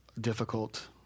difficult